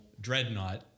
dreadnought